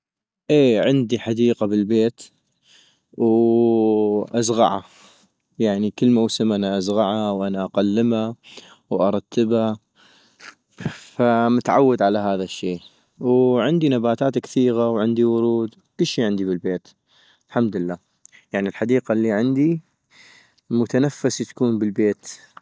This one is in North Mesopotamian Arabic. اي عندي حديقة بالبيت ، وازغعا - يعني كل موسم أنا ازغعا وأنا اقلما وارتبا ، فمتعود على هذا الشي - وعندي نباتات كثيغة وعندي ورود كشي عندي بالبيت الحمد لله - يعني الحديقة الي عندي متنفسي تكون بالبيت